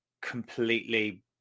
completely